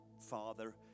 father